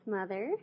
Mother